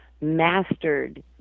mastered